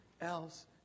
else